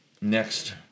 next